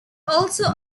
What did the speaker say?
also